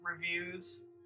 reviews